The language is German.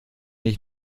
ich